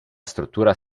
struttura